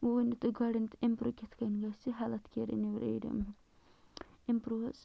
وَؤنِو تُہۍ گۄڈٮ۪ن تہٕ اِمپروٗ کِتھ کٔنۍ گژھِ health care in your area improve حظ